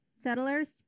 settlers